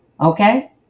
okay